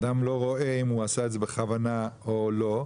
אדם לא רואה אם הוא עשה את זה בכוונה או לא.